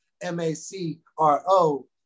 M-A-C-R-O